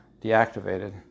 deactivated